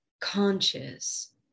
conscious